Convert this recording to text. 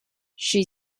she